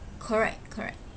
correct correct